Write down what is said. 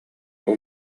олох